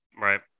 Right